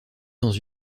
dans